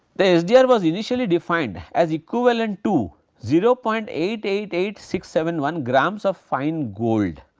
the sdr was initially defined as equivalent to zero point eight eight eight six seven one grams of fine gold,